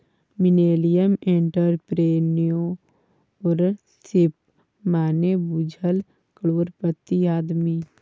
millennial entrepreneurship मने बुझली करोड़पति आदमी